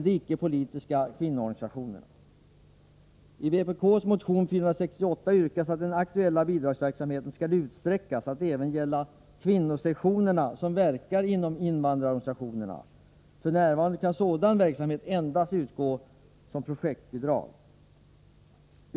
I vpk:s motion 468 yrkas att den aktuella bidragsverksamheten skall utsträckas till att gälla även de kvinnosektioner som verkar inom invandrarorganisationerna. F. n. kan till sådan verksamhet endast utgå projektbidrag.